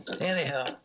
Anyhow